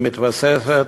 היא מתווספת